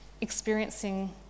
experiencing